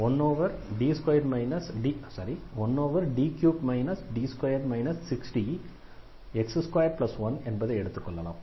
எனவே 1D3 D2 6Dx21 என்பதை எடுத்துக்கொள்ளலாம்